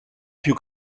più